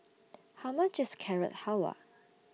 How much IS Carrot Halwa